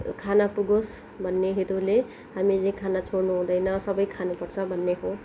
खाना पुगोस् भन्ने हेतुले हामीले खाना छोड्नु हुँदैन सबै खानुपर्छ भन्ने हो